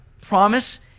promise